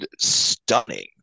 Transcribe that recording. stunning